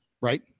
right